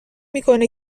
میکنه